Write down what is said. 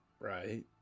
Right